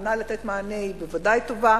הכוונה לתת מענה היא בוודאי טובה.